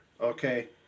okay